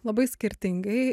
labai skirtingai